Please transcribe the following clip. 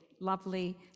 lovely